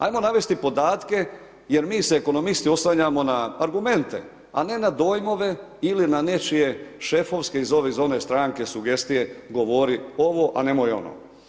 Ajmo navesti podatke, jer mi se ekonomisti oslanjamo na argumente a ne na dojmove, ili na nečije šefovske iz ove ili one stranke, sugestije, govori ovo a nemoj ono.